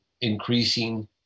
increasing